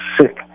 sick